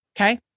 Okay